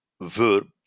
verb